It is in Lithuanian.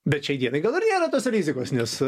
bet šiai dienai gal ir nėra tos rizikos nes